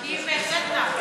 אני בהחלט נחה.